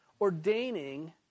ordaining